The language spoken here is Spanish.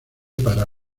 para